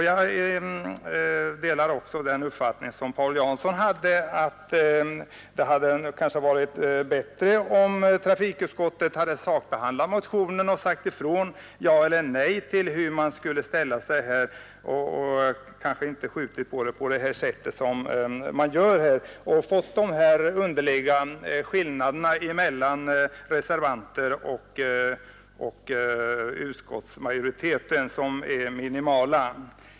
Jag delar också Paul Janssons uppfattning att det kanske hade varit bättre om trafikutskottet hade sakbehandlat motionen och sagt ifrån — ja eller nej — hur man skulle ställa sig och inte skjutit på frågan på det sätt som skett när man fått dessa underliga, minimala skillnader mellan reservanter och utskottsmajoritet.